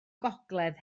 gogledd